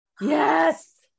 Yes